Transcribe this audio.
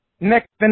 next